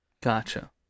Gotcha